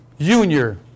Junior